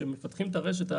כשמפתחים את הרשת,